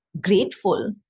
grateful